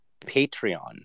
Patreon